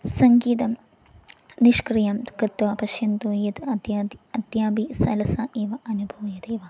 सङ्गीतं निष्क्रियं कृत्वा पश्यन्तु यत् अद्यापि अद्यापि सलसा एव अनुभूयते वा